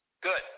Good